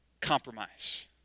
compromise